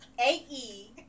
A-E